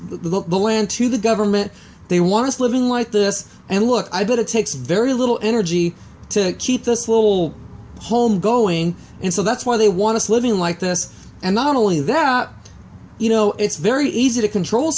the land to the government they want to live in like this and look i but it takes very little energy to keep this little home going and so that's why they want to living like this and not only that you know it's very easy to control